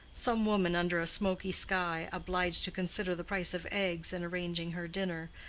some woman, under a smoky sky, obliged to consider the price of eggs in arranging her dinner,